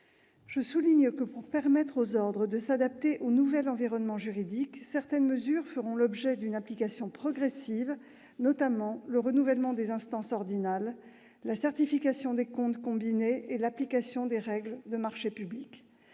Je souligne que, pour permettre aux ordres de s'adapter au nouvel environnement juridique, certaines mesures feront l'objet d'une application progressive, notamment le renouvellement des instances ordinales, la certification des comptes combinés et l'application des règles de marchés publics.